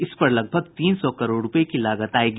इस पर लगभग तीन सौ करोड़ रूपये की लागत आयेगी